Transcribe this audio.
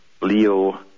Leo